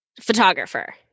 photographer